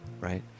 right